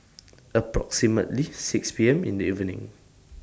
approximately six P M in The evening